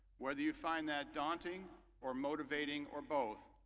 whether you find that daunting or motivating or both,